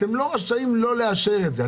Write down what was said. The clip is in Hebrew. אנחנו לא רשאים לא לאשר את זה,